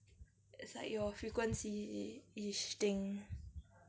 it's like your frequencyish thing